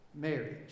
marriage